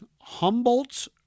Humboldt's